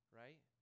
right